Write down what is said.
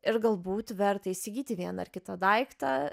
ir galbūt verta įsigyti vieną ar kitą daiktą